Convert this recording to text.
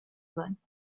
sein